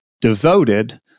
devoted